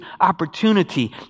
opportunity